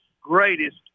greatest